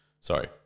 Sorry